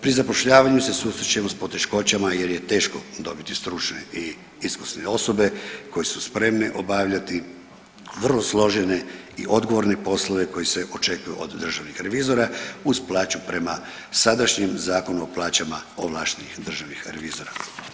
Pri zapošljavanju se susrećemo s poteškoćama jer je teško dobiti stručne i iskusne osobe koje su spremne obavljati vrlo složene i odgovorne poslove koji se očekuje od državnog revizora uz plaću prema sadašnjem Zakonu o plaćama ovlaštenih državnih revizora.